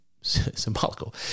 symbolical